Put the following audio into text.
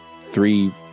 three